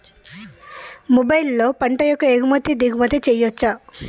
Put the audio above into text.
మొబైల్లో పంట యొక్క ఎగుమతి దిగుమతి చెయ్యచ్చా?